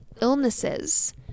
illnesses